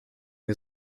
wir